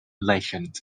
legend